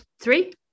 three